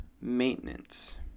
maintenance